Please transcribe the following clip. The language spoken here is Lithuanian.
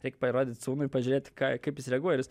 reik parodyt sūnui pažiūrėt ką kaip jis reaguoja ir jis